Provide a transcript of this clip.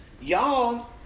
Y'all